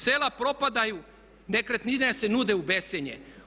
Sela propadaju, nekretnine se nude u bescjenje.